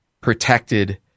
protected